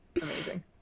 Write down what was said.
amazing